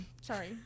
sorry